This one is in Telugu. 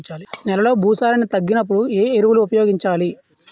నెలలో భూసారాన్ని తగ్గినప్పుడు, ఏ ఎరువులు ఉపయోగించాలి?